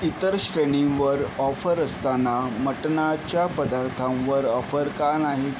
इतर श्रेणींवर ऑफर असताना मटनाच्या पदार्थांवर ऑफर का नाही